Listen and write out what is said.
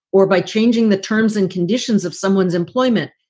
or by changing the terms and conditions of someone's employment,